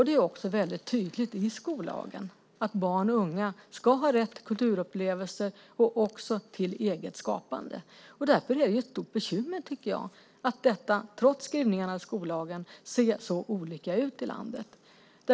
Det står väldigt tydligt i skollagen att barn och unga ska ha rätt till kulturupplevelser och till eget skapande. Därför är det ett stort bekymmer att det trots skrivningarna i skollagen ser så olika ut i landet.